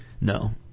No